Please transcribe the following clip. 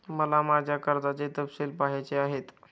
मला माझ्या कर्जाचे तपशील पहायचे आहेत